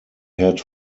had